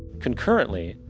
concurrently,